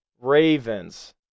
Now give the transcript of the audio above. Ravens